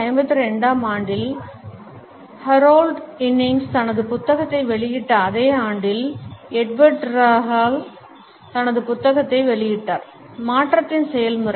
1952 ஆம் ஆண்டில் Harold Innis தனது புத்தகத்தை வெளியிட்ட அதே ஆண்டில்எட்வர்ட்டிஹால் தனதுபுத்தகத்தையும் வெளியிட்டார் மாற்றத்தின் செயல்முறை